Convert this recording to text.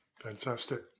Fantastic